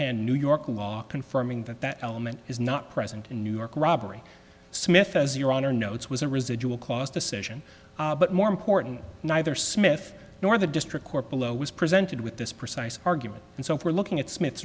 hand new york law confirming that that element is not present in new york robbery smith says your honor no it was a residual clause decision but more important neither smith nor the district court below was presented with this precise argument and so if we're looking at smith